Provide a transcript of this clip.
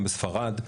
גם בספרד,